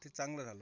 ते चांगलं झालं